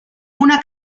una